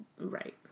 right